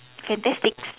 fantastic